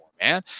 man